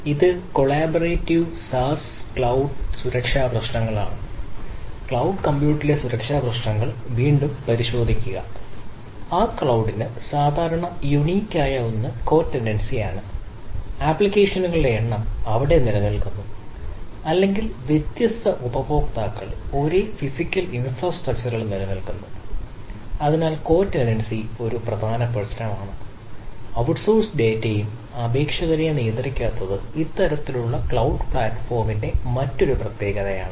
ഇത് collaborative SaaS ക്ലൌഡിലെ മറ്റൊരു പ്രത്യേകതയാണ്